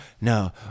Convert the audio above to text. no